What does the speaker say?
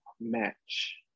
match